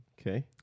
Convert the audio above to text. Okay